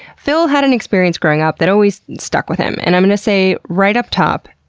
phil had an experience growing up that always stuck with him. and i'm gonna say right up top,